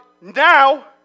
now